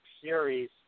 series